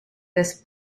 this